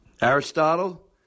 Aristotle